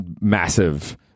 massive